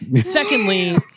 secondly